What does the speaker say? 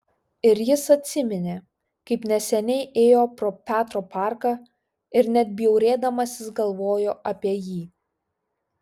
ir jis atsiminė kaip neseniai ėjo pro petro parką ir net bjaurėdamasis galvojo apie jį